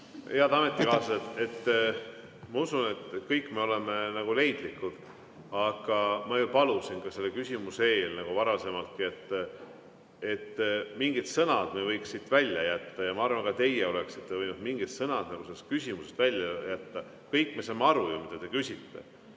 Head ametikaaslased! Ma usun, et kõik me oleme nagu leidlikud, aga ma ju palusin ka selle küsimuse eel nagu varasemaltki, et mingid sõnad võiks siit välja jätta. Ja ma arvan, et ka teie oleksite võinud mingid sõnad sellest küsimusest välja jätta. Kõik me saame aru ju, mida te küsite.